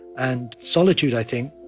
and solitude, i think,